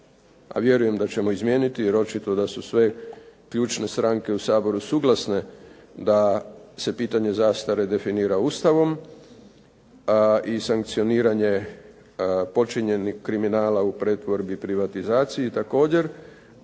vjerujem da ćemo izmijeniti jer očito da su sve ključne stranke u Saboru suglasne da se pitanje zastare definira Ustavom i sankcioniranje počinjenih kriminala u pretvorbi i privatizaciji također